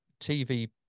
TV